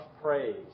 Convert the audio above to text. praise